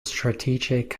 strategic